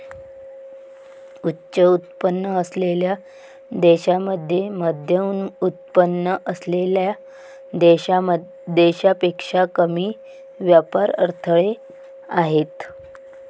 उच्च उत्पन्न असलेल्या देशांमध्ये मध्यमउत्पन्न असलेल्या देशांपेक्षा कमी व्यापार अडथळे आहेत